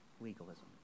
legalism